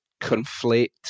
conflate